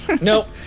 Nope